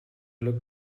look